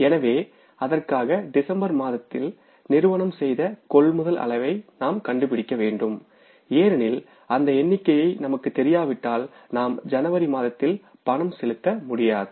எனவே அதற்காக டிசம்பர் மாதத்தில் நிறுவனம் செய்த கொள்முதல் அளவை நாம் கண்டுபிடிக்க வேண்டும் ஏனெனில் அந்த எண்ணிக்கை நமக்குத் தெரியாவிட்டால் நாம் ஜனவரி மாதத்தில் பணம் செலுத்த முடியாது